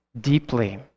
deeply